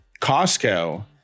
Costco